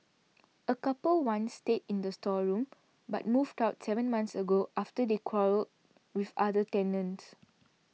a couple once stayed in the storeroom but moved out seven months ago after they quarrelled with other tenants